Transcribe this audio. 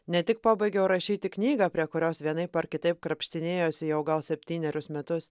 ne tik pabaigiau rašyti knygą prie kurios vienaip ar kitaip krapštinėjausi jau gal septynerius metus